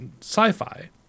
sci-fi